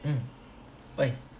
mm why